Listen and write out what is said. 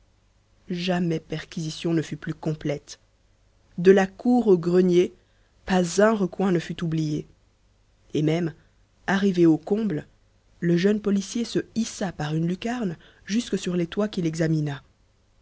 jamais perquisition ne fut plus complète de la cour au grenier pas un recoin ne fut oublié et même arrivé aux combles le jeune policier se hissa par une lucarne jusque sur les toits qu'il examina